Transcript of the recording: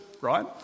right